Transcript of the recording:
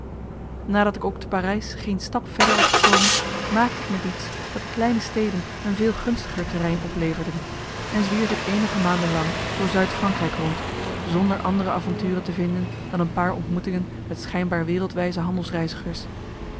nadat ik ook te parijs geen stap verder was gekomen maakte ik me diets dat kleine steden een veel gunstiger terrein opleverden en zwierf ik eenige maanden lang door zuid frankrijk rond zonder andere avonturen te vinden dan een paar ontmoetingen met schijnbaar wereldwijze